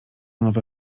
nowe